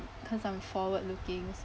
cause I'm forward looking